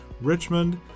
Richmond